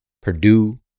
Purdue